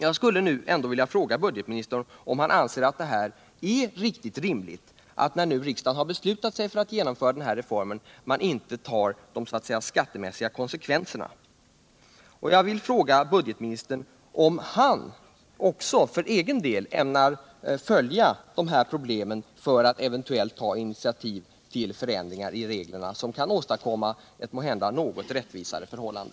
Jag skulle ändå vilja fråga budgetministern om han anser att det är riktigt rimligt, när nu riksdagen har beslutat sig för att genomföra den här reformen, att man inte tar de skattemässiga konsekvenserna. Ämnar budgetministern för egen del också följa dessa problem för att eventuellt ta initiativ till förändringar i reglerna som kan åstadkomma ett måhända något rättvisare förhållande?